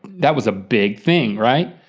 that was a big thing, right?